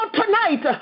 tonight